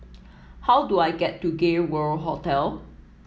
how do I get to Gay World Hotel